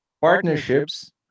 partnerships